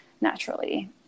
naturally